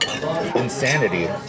Insanity